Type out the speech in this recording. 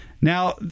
Now